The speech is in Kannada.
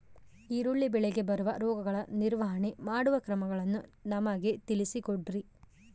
ಈರುಳ್ಳಿ ಬೆಳೆಗೆ ಬರುವ ರೋಗಗಳ ನಿರ್ವಹಣೆ ಮಾಡುವ ಕ್ರಮಗಳನ್ನು ನಮಗೆ ತಿಳಿಸಿ ಕೊಡ್ರಿ?